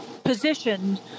positioned